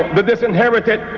the disinherited,